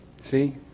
see